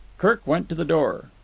kirk went to the door.